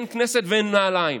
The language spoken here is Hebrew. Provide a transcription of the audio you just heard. אין כנסת ואין נעליים.